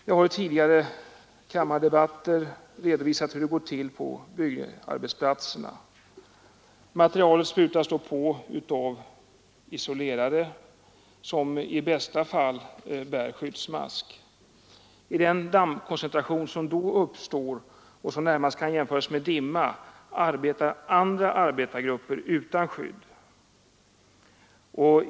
Jag har i tidigare kammardebatter redovisat hur det går till på byggarbetsplatserna: materialet sprutas på av isolerare, som i bästa fall bär skyddsmask. I den dammkoncentration som därvid uppstår, och som närmast kan jämföras med dimma, arbetar övriga arbetargrupper utan skydd.